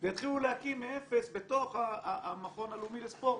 ויתחילו להקים מאפס אקדמיה בתוך המכון הלאומי לספורט.